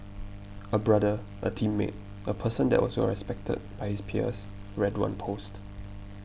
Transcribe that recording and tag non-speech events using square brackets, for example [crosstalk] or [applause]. [noise] a brother a teammate a person that was well respected by his peers read one post